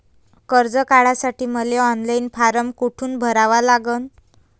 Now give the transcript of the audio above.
कर्ज काढासाठी मले ऑनलाईन फारम कोठून भरावा लागन?